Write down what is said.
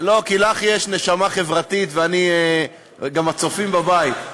לא, כי לך יש נשמה חברתית, וגם הצופים בבית.